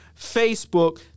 Facebook